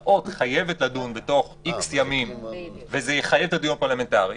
"חייבת" לדון תוך מספר ימים מוגדר וזה יחייב את הדיון הפרלמנטרי?